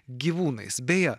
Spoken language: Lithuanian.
gyvūnais beje